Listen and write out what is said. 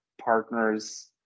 partners